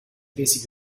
pesi